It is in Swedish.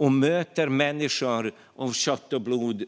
Vi möter människor av kött och blod